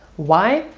why?